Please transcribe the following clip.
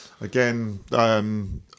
again